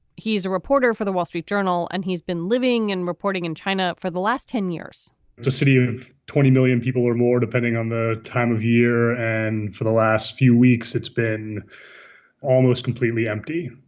he's a reporter for the wall street journal and he's been living and reporting in china for the last ten years it's a city of twenty million people or more depending on the time of year. and for the last few weeks, it's been almost completely empty